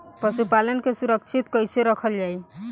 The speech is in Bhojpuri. पशुपालन के सुरक्षित कैसे रखल जाई?